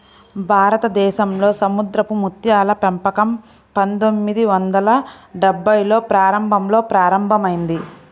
భారతదేశంలో సముద్రపు ముత్యాల పెంపకం పందొమ్మిది వందల డెభ్భైల్లో ప్రారంభంలో ప్రారంభమైంది